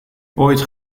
ooit